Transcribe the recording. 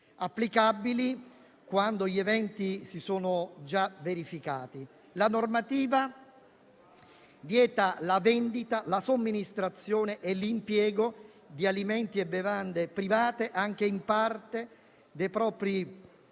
applicabili quando gli eventi si sono già verificati. La normativa vieta la vendita, la somministrazione e l'impiego di alimenti e bevande private, anche in parte, dei propri